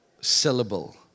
syllable